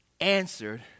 answered